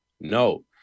no